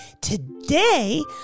Today